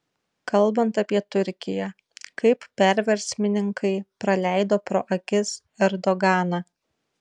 kalbant apie turkiją kaip perversmininkai praleido pro akis erdoganą